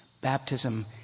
Baptism